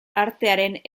artearen